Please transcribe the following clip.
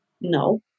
No